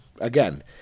Again